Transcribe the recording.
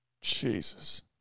Jesus